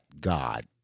God